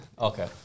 Okay